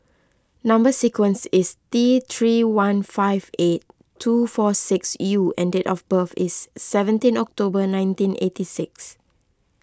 Number Sequence is T three one five eight two four six U and date of birth is seventeen October nineteen eighty six